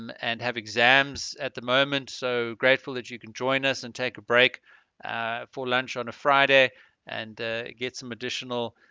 and and have exams at the moment so grateful that you can join us and take a break for lunch on a friday and get some additional